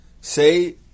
say